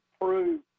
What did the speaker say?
prove